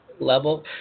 level